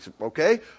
okay